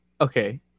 okay